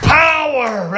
power